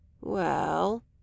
Well